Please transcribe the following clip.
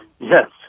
Yes